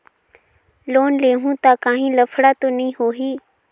Loan लेहूं ता काहीं लफड़ा तो नी होहि?